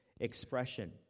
expression